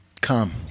come